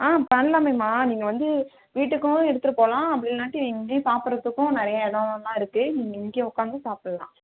ஆ பண்ணலாமேம்மா நீங்கள் வந்து வீட்டுக்கும் எடுத்துகிட்டு போகலாம் அப்படி இல்லாட்டி இங்கேயும் சாப்பிறதுக்கும் நிறையா இடம்லாம் இருக்குது நீங்கள் இங்கேயே உட்காந்து சாப்பிட்ல்லாம்